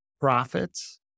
profits